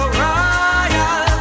royal